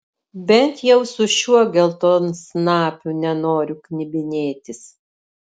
bent jau su šiuo geltonsnapiu nenoriu knibinėtis